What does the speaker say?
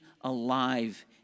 alive